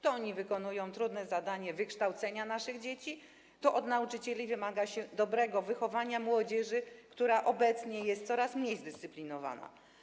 To oni wykonują trudne zadanie kształcenia naszych dzieci, to od nauczycieli wymaga się dobrego wychowania młodzieży, która obecnie jest coraz mniej zdyscyplinowana.